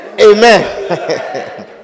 Amen